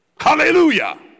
Hallelujah